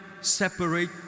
separate